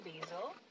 basil